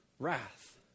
Wrath